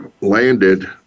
landed